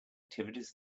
activities